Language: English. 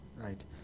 right